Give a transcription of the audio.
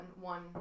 one